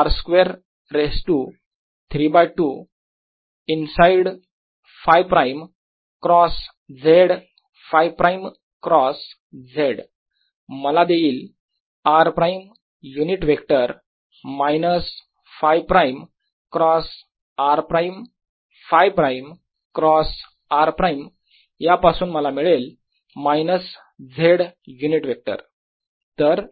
R square raise to 3 by 2 inside Φ prime cross z Φ prime cross z मला देईल r prime unit vector minus Φ prime cross r prime Φ prime cross r prime पासून मला मिळेल minus z unit vector